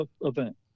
event